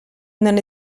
non